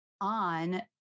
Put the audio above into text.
on